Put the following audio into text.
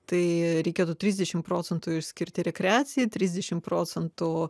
tai reikėtų trisdešim procentų išskirti rekreacijai trisdešim procentų